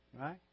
Right